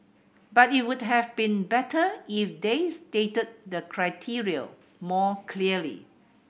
but it would have been better if they stated the criteria more clearly